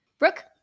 Brooke